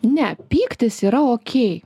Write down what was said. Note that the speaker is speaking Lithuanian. ne pyktis yra okei